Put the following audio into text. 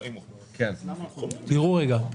תראו רגע,